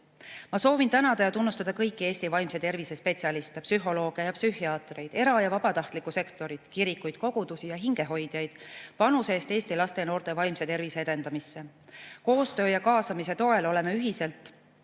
Ma soovin tänada ja tunnustada kõiki Eesti vaimse tervise spetsialiste, psühholooge ja psühhiaatreid, era‑ ja vabatahtlikku sektorit, kirikuid, kogudusi ja hingehoidjaid panuse eest Eesti laste ja noorte vaimse tervise edendamisse. Koostöö ja kaasamise toel oleme ühiselt